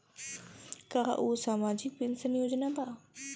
का उ सामाजिक पेंशन योजना बा?